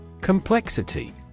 Complexity